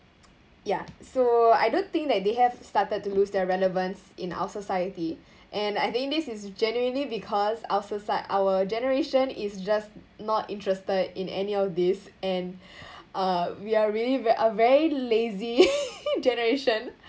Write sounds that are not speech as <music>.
ya so I don't think that they have started to lose their relevance in our society and I think this is genuinely because our socie~ our generation is just not interested in any of these and <breath> uh we are really ve~ a very lazy <laughs> generation